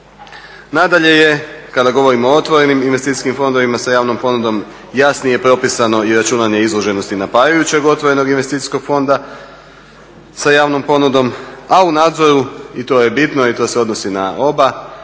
Nadalje je, kada govorimo o otvorenim investicijskim fondovima sa javnom ponudom jasnije propisano i računanje izloženosti i napajajućeg otvorenog investicijskog fonda sa javnom ponudom, a u nadzoru i to je bitno, i to se odnosi na oba